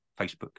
facebook